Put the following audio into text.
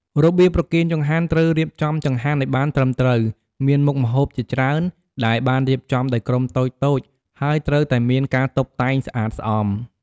របៀបប្រគេនចង្ហាន់ត្រូវរៀបចំចង្ហាន់ឲ្យបានត្រឹមត្រូវ មានមុខម្ហូបជាច្រើន ដែលបានរៀបចំដោយក្រុមតូចៗ ហើយត្រូវតែមានការតុបតែងស្អាតស្អំ។